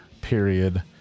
Period